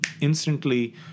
instantly